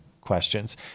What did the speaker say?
questions